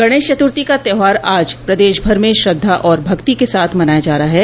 गणेश चतुर्थी का त्यौहार आज प्रदेश भर में श्रद्धा और भक्ति के साथ मनाया जा रहा है